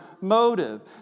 motive